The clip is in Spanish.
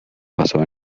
pasó